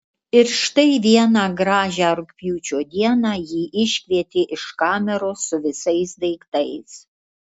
ir štai vieną gražią rugpjūčio dieną jį iškvietė iš kameros su visais daiktais